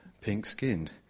pink-skinned